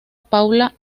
paula